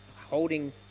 holding